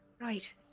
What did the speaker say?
right